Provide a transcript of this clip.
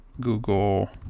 Google